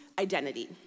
identity